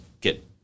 get